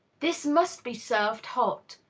this must be served hot.